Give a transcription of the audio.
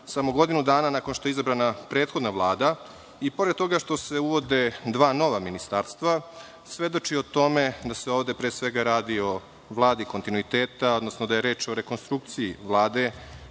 samo godinu dana nakon što je izabrana prethodna Vlada, pored toga što se uvode dva nova ministarstva, svedoči o tome da se ovde, pre svega, radi o vladi kontinuiteta, odnosno da je reč o rekonstrukciji Vlade